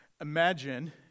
Imagine